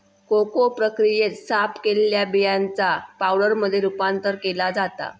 cocoa प्रक्रियेत, साफ केलेल्या बियांचा पावडरमध्ये रूपांतर केला जाता